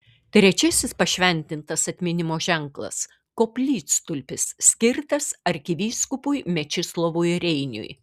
trečiasis pašventintas atminimo ženklas koplytstulpis skirtas arkivyskupui mečislovui reiniui